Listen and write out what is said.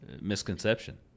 misconception